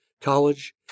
College